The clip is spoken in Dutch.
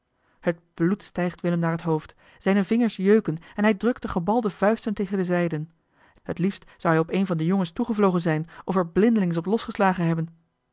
t bloed stijgt willem naar het hoofd zijne vingers jeuken en hij drukt de gebalde vuisten tegen de zijden t liefst zou hij op een van de jongens toegevlogen zijn of er blindelings op losgeslagen hebben